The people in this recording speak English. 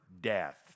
death